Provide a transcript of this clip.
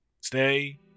stay